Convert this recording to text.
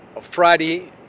Friday